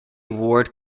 ward